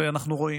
ואנחנו רואים,